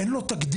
אין לו תקדים,